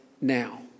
now